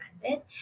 recommended